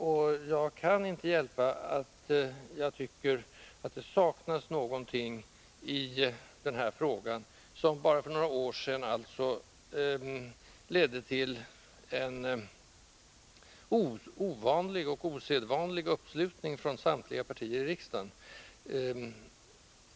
Och jag kan inte hjälpa att jag tycker att det där saknas någonting i den här frågan, som bara för några år sedan ledde till en osedvanlig uppslutning från samtliga partier i riksdagen.